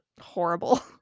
horrible